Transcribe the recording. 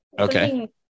Okay